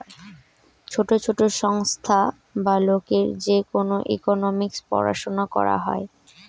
ছোট ছোট সংস্থা বা লোকের যে ইকোনোমিক্স পড়াশুনা করা হয়